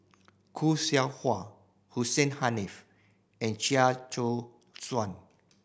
Khoo Seow Hwa Hussein Haniff and Chia Choo Suan